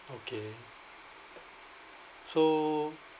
okay so